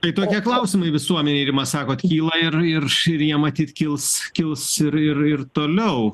tai tokie klausimai visuomenei rima sakot kyla ir ir ir jie matyt kils kils ir ir ir toliau